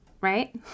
right